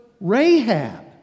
Rahab